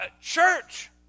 church